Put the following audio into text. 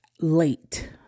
late